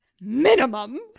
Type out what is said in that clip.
minimum